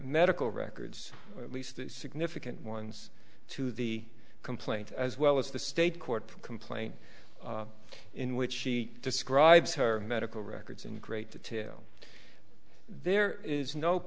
medical records at least significant ones to the complaint as well as the state court complaint in which she describes her medical records in great detail there is no